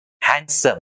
handsome